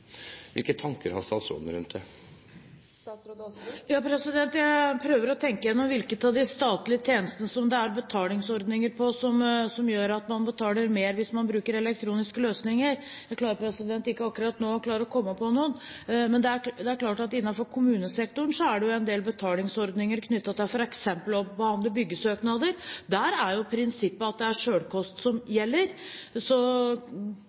Hvilke tanker har statsråden rundt det? Jeg prøver å tenke igjennom hvilke av de statlige tjenestene som det er betalingsordninger på, som gjør at man betaler mer hvis man bruker elektroniske løsninger. Jeg klarer ikke akkurat nå å komme på noen. Men innenfor kommunesektoren er det en del betalingsordninger, f.eks. knyttet til behandling av byggesøknader. Der er prinsippet at det skal være til selvkost. Kommunene skal ikke sette et gebyr som er